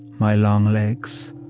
my long legs,